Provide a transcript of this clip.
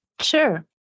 Sure